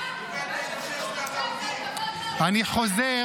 אנשים מתים ואתם מביא לי את ערוץ 14. אין לך בושה?